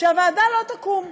שהוועדה לא תקום.